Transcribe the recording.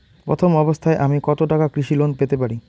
প্রথম অবস্থায় আমি কত টাকা কৃষি লোন পেতে পারি?